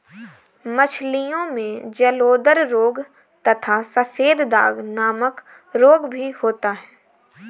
मछलियों में जलोदर रोग तथा सफेद दाग नामक रोग भी होता है